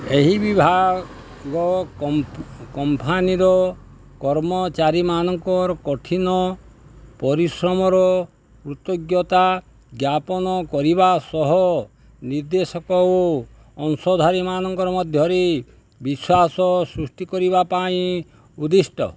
ଏହି ବିଭାଗ କମ୍ପାନୀର କର୍ମଚାରୀମାନଙ୍କର କଠିନ ପରିଶ୍ରମର କୃତଜ୍ଞତା ଜ୍ଞାପନ କରିବା ସହ ନିବେଶକ ଓ ଅଂଶଧାରୀ ମାନଙ୍କ ମଧ୍ୟରେ ବିଶ୍ୱାସ ସୃଷ୍ଟି କରିବା ପାଇଁ ଉଦ୍ଦିଷ୍ଟ